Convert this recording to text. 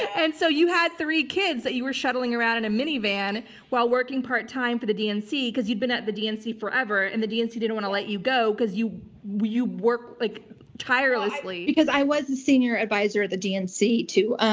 and so you had three kids that you were shuttling around in a minivan while working part-time for the dnc, because you've been at the dnc forever, and the dnc didn't want to let you go, because you work like tirelessly. because i was the senior advisor at the dnc to,